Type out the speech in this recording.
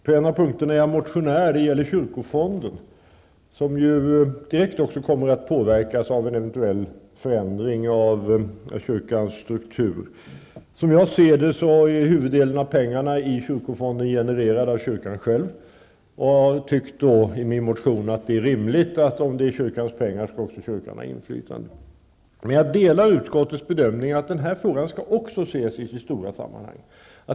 På en av punkterna är jag motionär, och det gäller då kyrkofonden. Denna skulle ju direkt påverkas av en förändring av kyrkans struktur. Som jag ser saken är huvuddelen av pengarna i kyrkofonden genererade av kyrkan själv. I min motion säger jag att jag tycker att det är rimligt att kyrkan, då det är fråga om kyrkans pengar, skall ha ett inflytande. Men jag delar utskottets bedömning att den här frågan också måste ses i ett större sammanhang.